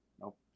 Nope